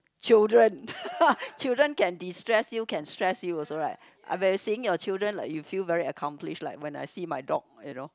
children children can destress you can stress you also right uh by seeing your children like you feel very accomplished like when I see my dog you know